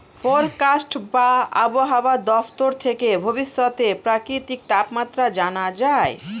forecast বা আবহাওয়া দপ্তর থেকে ভবিষ্যতের প্রাকৃতিক তাপমাত্রা জানা যায়